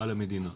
על המדינה.